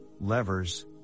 levers